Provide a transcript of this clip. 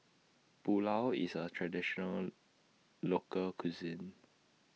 Pulao IS A Traditional Local Cuisine